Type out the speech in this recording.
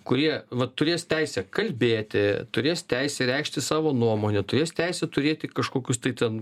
kurie vat turės teisę kalbėti turės teisę reikšti savo nuomonę turės teisę turėti kažkokius tai ten